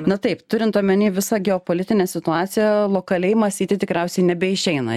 na taip turint omeny visą geopolitinę situaciją lokaliai mąstyti tikriausiai nebeišeina